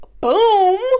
Boom